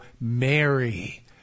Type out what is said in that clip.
Mary